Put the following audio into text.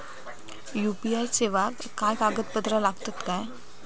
UPI सेवाक काय कागदपत्र लागतत काय?